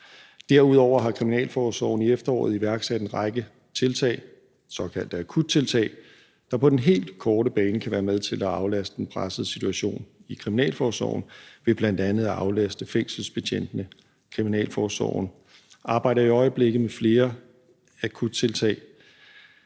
Derudover har kriminalforsorgen i efteråret iværksat en række tiltag – såkaldte akuttiltag – der på den helt korte bane kan være med til at aflaste i den pressede situation i kriminalforsorgen ved bl.a. at aflaste fængselsbetjentene. Kriminalforsorgen arbejder i øjeblikket med flere akuttiltag.